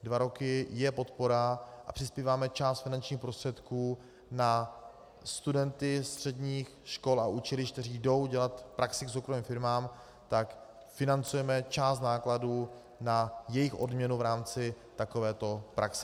Dva roky je podpora a přispíváme částí finančních prostředků na studenty středních škol a učilišť, kteří jdou dělat praxi k soukromým firmám, tak financujeme část nákladů na jejich odměnu v rámci takovéto praxe.